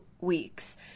weeks